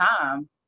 time